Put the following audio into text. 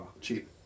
Cheap